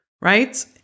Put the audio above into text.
right